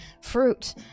fruit